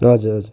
हजुर हजुर